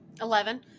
Eleven